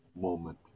moment